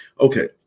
Okay